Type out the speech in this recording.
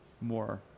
more